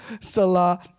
Salah